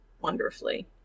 wonderfully